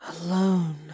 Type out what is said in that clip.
Alone